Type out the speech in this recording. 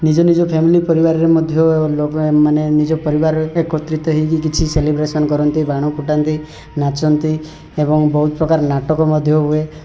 ନିଜ ନିଜ ଫ୍ୟାମିଲି ପରିବାରରୁ ମଧ୍ୟ ପରିବାର ଏକତ୍ରିତ ହୋଇକି କିଛି ସେଲିବ୍ରେସନ୍ କରନ୍ତି ବାଣ ଫୁଟାନ୍ତି ନାଚନ୍ତି ଏବଂ ବହୁତ ପ୍ରକାର ନାଟକ ମଧ୍ୟ ହୁଏ